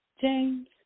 James